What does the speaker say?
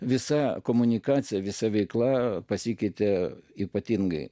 visa komunikacija visa veikla pasikeitė ypatingai